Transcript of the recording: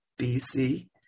BC